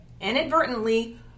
inadvertently